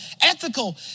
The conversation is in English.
ethical